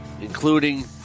including